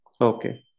Okay